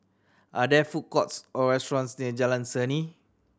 are there food courts or restaurants near Jalan Seni